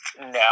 no